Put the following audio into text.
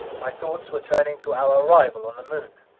my thoughts were turning to our arrival on the moon.